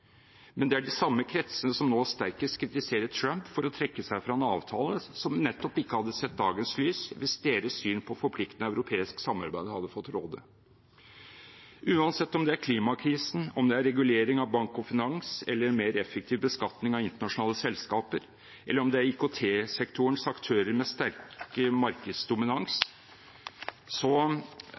Men det er de samme kretsene som nå sterkest kritiserer Trump for å trekke seg fra en avtale som nettopp ikke hadde sett dagens lys hvis deres syn på forpliktende europeisk samarbeid hadde fått råde. Uansett om det er klimakrisen, om det er regulering av bank og finans, om det er en mer effektiv beskatning av internasjonale selskaper, eller om det er IKT-sektorens aktører med sterk markedsdominans